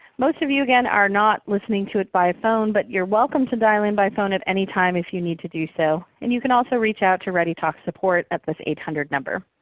most of you, again, are not listening to it by phone, but you're welcome to dial in by phone at any time if you need to do so, and you can also reach out to readytalk support at this eight hundred number.